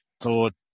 thought